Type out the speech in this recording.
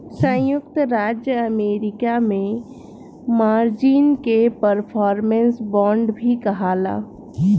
संयुक्त राज्य अमेरिका में मार्जिन के परफॉर्मेंस बांड भी कहाला